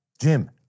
Jim